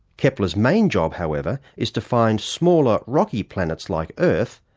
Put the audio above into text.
kepler's main job however is to find smaller rocky planets like earth,